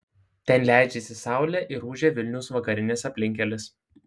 ten leidžiasi saulė ir ūžia vilniaus vakarinis aplinkkelis